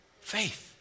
faith